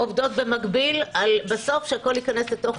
עובדות במקביל, שבסוף הכול ייכנס לתוך